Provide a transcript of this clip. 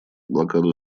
блокаду